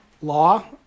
law